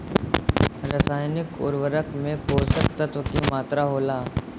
रसायनिक उर्वरक में पोषक तत्व की मात्रा होला?